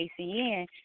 ACN